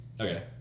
Okay